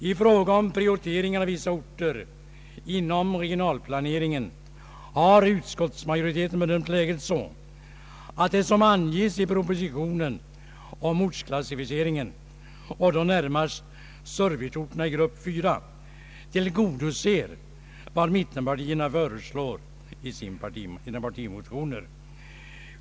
I fråga om prioriteringar av vissa orter inom regionalplaneringen har utskottsmajoriteten bedömt läget så, att det som anges i propositionen om ortsklassificeringen, och då närmast serviceorterna i grupp 4, tillgodoser vad mittenpartierna föreslår i sina partimotioner.